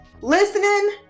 listening